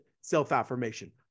Self-affirmation